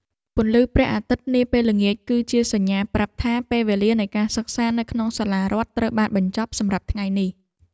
ពន្លឺព្រះអាទិត្យនាពេលល្ងាចគឺជាសញ្ញាប្រាប់ថាពេលវេលានៃការសិក្សានៅក្នុងសាលារដ្ឋត្រូវបានបញ្ចប់សម្រាប់ថ្ងៃនេះ។